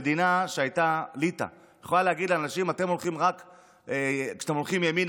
מדינת ליטא יכולה להגיד לאנשים: כשאתם הולכים ימינה,